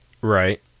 right